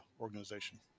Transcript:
organization